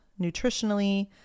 nutritionally